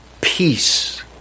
peace